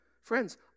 friends